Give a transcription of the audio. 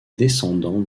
descendants